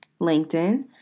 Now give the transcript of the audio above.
LinkedIn